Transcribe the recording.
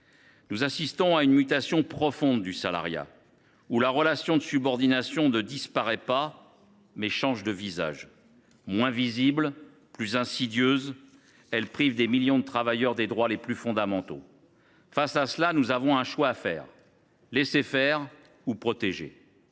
Nous assistons à une mutation profonde du salariat, où la relation de subordination ne disparaît pas, mais change de visage. Moins visible, plus insidieuse, elle prive des millions de travailleurs des droits les plus fondamentaux. Face à cela, nous devons choisir : laisser faire ou protéger.